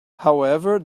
however